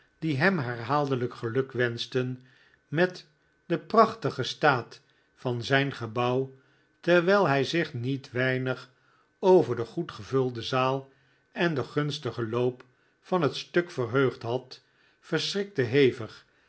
die hem herhaaldelijk geluk wenschten met den prachtigen staat van zijn gebouw terwijl hi zich niet weinig over de goed gevulde zaal en den gunstigen loop van het stuk verheugd had verschrikte hevig